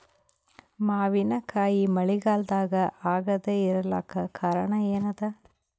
ಮಾವಿನಕಾಯಿ ಮಳಿಗಾಲದಾಗ ಆಗದೆ ಇರಲಾಕ ಕಾರಣ ಏನದ?